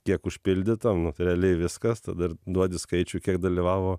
kiek užpildyta nu realiai viskas tada ir duodi skaičių kiek dalyvavo